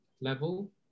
level